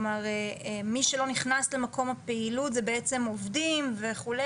מי שלא נכנס למקום הפעילות זה בעצם עובדים וכו',